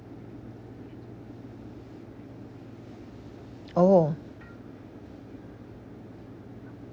oh